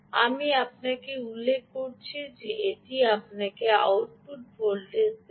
আমি আপনাকে উল্লেখ করেছি যে এটি আপনাকে আউটপুট ভোল্টেজ দেবে